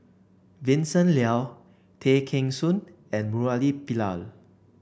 Vincent Leow Tay Kheng Soon and Murali Pillai